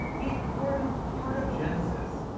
meet gordon hartogensis,